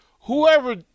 Whoever